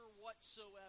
whatsoever